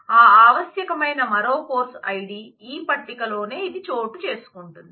ఆ ఆవశ్యకమైన మరో కోర్సు ఐడి ఈ పట్టిక లోనే ఇది చోటు చేసుకుంటుంది